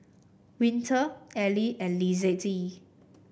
Winter Ally and Lizette